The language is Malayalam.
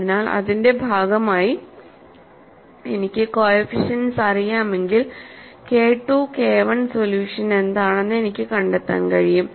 അതിനാൽ അതിന്റെ ഭാഗമായി എനിക്ക് കോഎഫിഷ്യന്റ്സ് അറിയാമെങ്കിൽ KII KI സൊല്യൂഷൻ എന്താണെന്ന് എനിക്ക് കണ്ടെത്താൻ കഴിയും